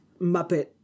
Muppet